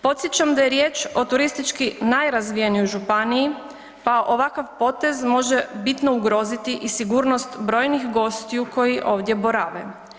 Podsjećam da je riječ o turistički najrazvijenijoj županiji pa ovakav potez može bitno ugroziti i sigurnost brojnih gostiju koji ovdje borave.